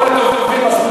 הוא עוד לא החליף מספר.